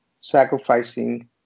sacrificing